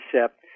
concept